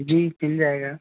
جی مل جائے گا